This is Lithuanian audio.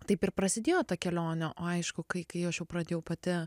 taip ir prasidėjo ta kelionė o aišku kai kai aš jau pradėjau pati